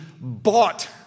bought